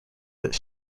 that